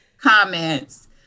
comments